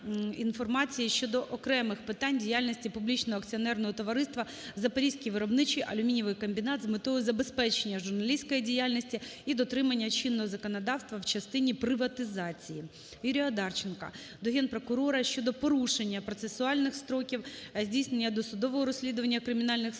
інформації стосовно окремих питань діяльності Публічного акціонерного товариства "Запорізький виробничий алюмінієвий комбінат" з метою забезпечення журналістської діяльності і дотримання чинного законодавства в частині приватизації. Юрія Одарченка до Генпрокурора щодо порушення процесуальних строків здійснення досудового розслідування кримінальних справ